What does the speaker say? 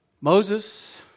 Moses